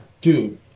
dude